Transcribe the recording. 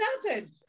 started